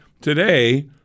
today